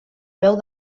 veu